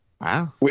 Wow